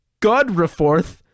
Godreforth